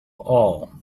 all